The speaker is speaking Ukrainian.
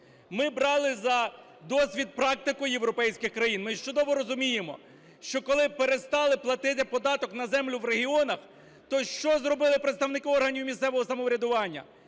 Ми брали за досвід практику європейських країн. Ми чудово розуміємо, що коли перестали платити податок на землю в регіонах, то що зробили представники органів місцевого самоврядування?